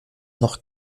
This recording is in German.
noch